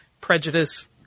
prejudice